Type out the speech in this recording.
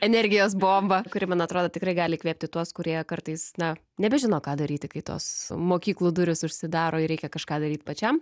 energijos bomba kuri man atrodo tikrai gali įkvėpti tuos kurie kartais na nebežino ką daryti kai tos mokyklų durys užsidaro ir reikia kažką daryt pačiam